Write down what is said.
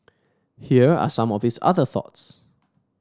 here are some of his other thoughts